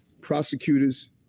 prosecutors